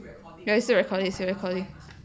ya it's still recording it's still recording